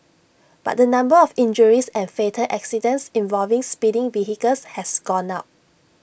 but the number of injuries and fatal accidents involving speeding vehicles has gone up